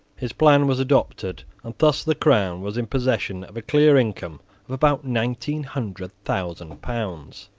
his plan was adopted and thus the crown was in possession of a clear income of about nineteen hundred thousand pounds,